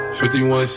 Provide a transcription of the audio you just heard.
51